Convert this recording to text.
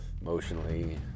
emotionally